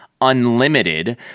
Unlimited